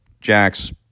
Jax